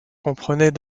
comprenaient